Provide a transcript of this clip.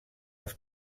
els